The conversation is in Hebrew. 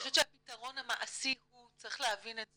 אני חושבת שהפתרון המעשי הוא צריך להבין את זה,